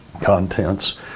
contents